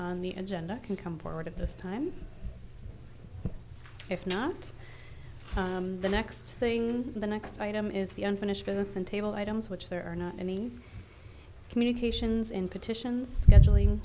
on the agenda can come forward at this time if not the next thing the next item is the unfinished business and table items which there are not any communications in petitions